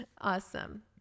Awesome